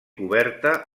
coberta